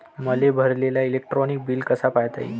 मले भरलेल electric bill कस पायता येईन?